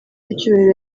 w’icyubahiro